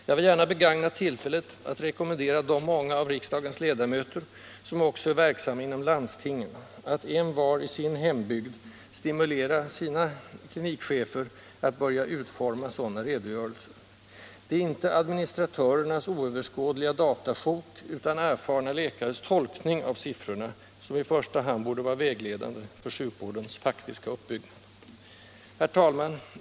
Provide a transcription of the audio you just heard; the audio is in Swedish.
Jag vill begagna tillfället att rekommendera de många av riksdagens ledamöter som också är verksamma inom landstingen att envar inom sin hembygd stimulera sina klinikchefer att börja utforma sådana redogörelser. Det är inte administratörernas oöverskådliga datasjok utan erfarna läkares tolkning av siffrorna som i första hand borde vara vägledande för sjukvårdens faktiska uppbyggnad. Herr talman!